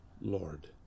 Lord